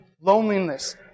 loneliness